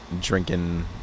drinking